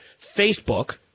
Facebook